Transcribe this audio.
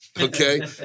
okay